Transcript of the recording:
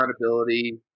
accountability